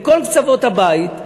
מכל קצוות הבית,